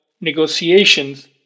negotiations